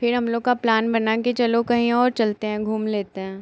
फिर हम लोग का प्लान बना कि चलो कहीं और चलते हैं घूम लेते हैं